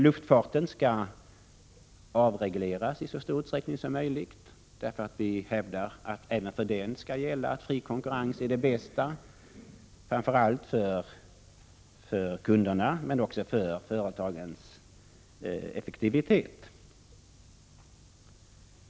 Luftfarten skall avregleras i så stor utsträckning som möjligt, därför att även för den skall gälla att fri konkurrens är det bästa, framför allt för kunderna men också för företagens effektivitet.